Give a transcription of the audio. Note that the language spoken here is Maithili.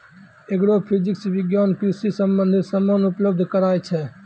एग्रोफिजिक्स विज्ञान कृषि संबंधित समान उपलब्ध कराय छै